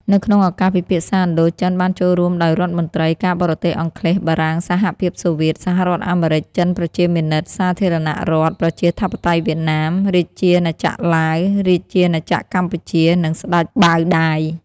នៅក្នុងឱកាសពិភាក្សាឥណ្ឌូចិនបានចូលរួមដោយរដ្ឋមន្ត្រី ការបរទេសអង់គ្លេស បារាំង សហភាពសូវៀត សហរដ្ឋអាមេរិចចិនប្រជាមានិត សាធារណរដ្ឋ ប្រជាធិបតេយ្យវៀតណាម រាជាណាចក្រឡាវ រាជាណាចក្រកម្ពុជា និងស្ដេចបាវដាយ។